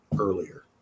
earlier